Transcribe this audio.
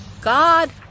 God